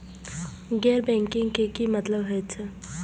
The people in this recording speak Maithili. गैर बैंकिंग के की मतलब हे छे?